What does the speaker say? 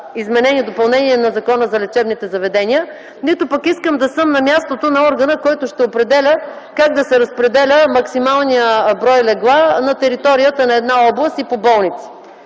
изменение и допълнение на Закона за лечебните заведения, нито пък искам да съм на мястото на органа, който ще определя как да се разпределя максималният брой легла на територията на една област и по болници.